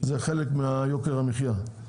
זה חלק מיוקר המחיה.